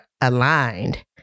aligned